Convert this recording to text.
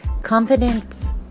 confidence